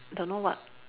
don't know what